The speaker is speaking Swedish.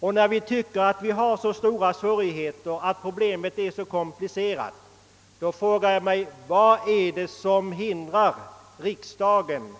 Eftersom vi tycker att problemet är så komplicerat frågar jag mig vad som hindrar att riksdagen